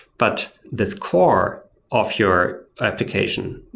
but this core of your application,